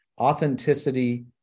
authenticity